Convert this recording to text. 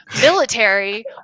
military